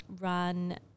run